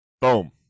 boom